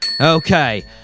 Okay